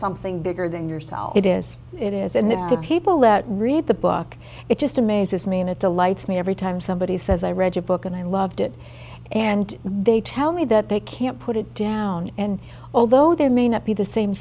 something bigger than yourself it is it is and the people that read the book it just amazes me and it delights me every time somebody says i read your book and i loved it and they tell me that they can't put it down and although there may not be the same